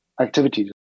activities